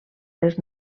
les